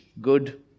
good